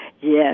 Yes